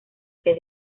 que